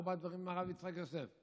לא בא בדברים עם הרב יצחק יוסף,